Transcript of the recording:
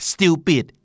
Stupid